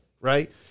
right